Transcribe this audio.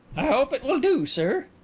i hope it will do, sir.